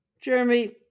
Jeremy